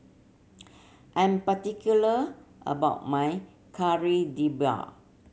I am particular about my Kari Debal